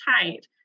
tight